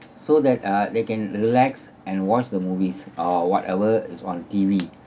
so that uh they can relax and watch the movies or whatever is on T_V